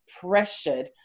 pressured